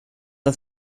att